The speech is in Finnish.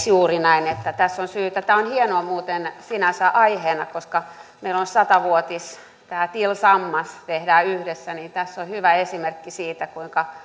juuri näin tässä on syytä tämä on hieno muuten sinänsä aiheena koska meillä on sata vuotisteemana tämä tillsammans tehdään yhdessä ja tässä on hyvä esimerkki siitä kuinka